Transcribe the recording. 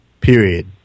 Period